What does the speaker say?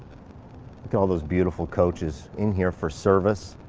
look at all those beautiful coaches in here for service.